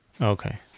Okay